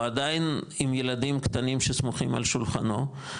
עדיין עם ילדים קטנים שסמוכים על שולחנו,